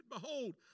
Behold